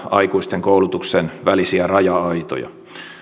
aikuisten koulutuksen välisiä raja aitoja